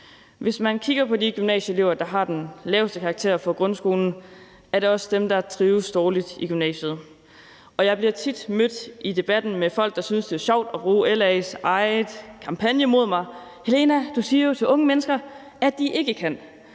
Hvis man kigger på de gymnasieelever, der har de laveste karakterer fra grundskolen, er det også dem, der trives dårligt i gymnasiet. Jeg bliver tit mødt i debatten af folk, der synes, det er sjovt at bruge LA's egen kampagne imod mig: Helena, du siger jo til unge mennesker, at de ikke kan.